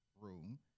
room